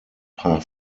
paar